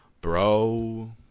Bro